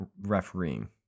refereeing